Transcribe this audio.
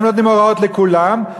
הם נותנים הוראות לכולם,